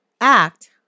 act